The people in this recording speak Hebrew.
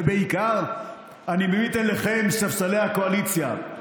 ובעיקר אני מביט אליכם, ספסלי הקואליציה: